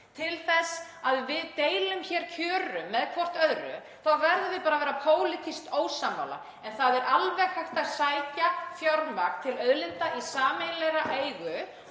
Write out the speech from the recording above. til þess að við deilum kjörum með hvert öðru, þá verðum við bara að vera pólitískt ósammála. En það er alveg hægt að sækja fjármagn til auðlinda í sameiginlegri eigu